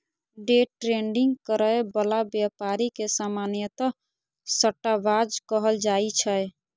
day trading करै बला व्यापारी के सामान्यतः सट्टाबाज कहल जाइ छै